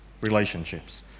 relationships